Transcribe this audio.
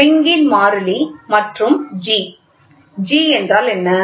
spring ன் மாறிலி மற்றும் ஜி ஜி என்றால் என்ன